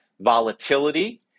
volatility